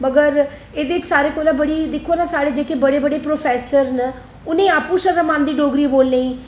मगर एह्दे च सारें कोला बड़ी दिक्खो न जेह्के बड़े बड़े प्रोफेसर न उनेंगी आपूं शर्म औंदी डोगरी बोलने गी